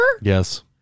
Yes